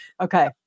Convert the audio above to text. okay